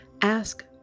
ask